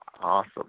Awesome